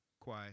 Qui